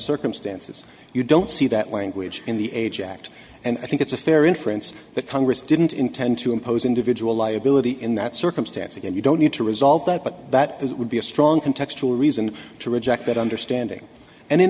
circumstances you don't see that language in the age act and i think it's a fair inference that congress didn't intend to impose individual liability in that circumstance again you don't need to resolve that but that that would be a strong contextual reason to reject that understanding and in